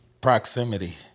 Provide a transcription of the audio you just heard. Proximity